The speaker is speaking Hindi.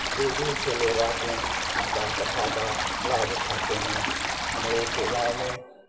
दूर दूर से लोग आके उनका कथा का लाभ उठाते हैं हमलोग के गांव में